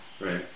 right